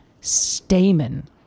stamen